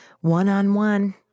One-on-one